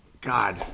God